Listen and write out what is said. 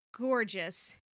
gorgeous